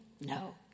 No